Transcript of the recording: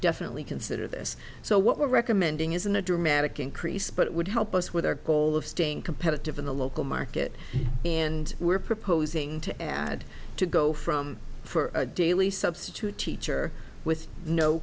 definitely consider this so what we're recommending is an a dramatic increase but it would help us with our goal of staying competitive in the local market and we're proposing to add to go from for a daily substitute teacher with no